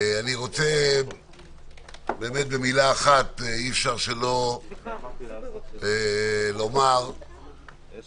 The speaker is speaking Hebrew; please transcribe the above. במילה אחת אי-אפשר שלא לומר - אנו